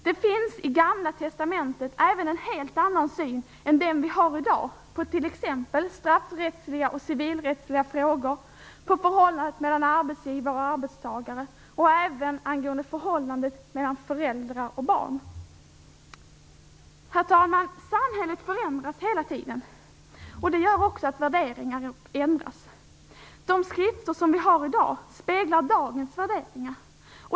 Det finns i Gamla testamentet även en helt annan syn än den vi har i dag på t.ex. statsrättsliga och civilrättsliga frågor, på förhållandet mellan arbetsgivare och arbetstagare och även angående förhållandet mellan föräldrar och barn. Herr talman! Samhället förändras hela tiden. Det gör också att värderingar ändras. De skrifter som vi har i dag speglar dagens värderingar.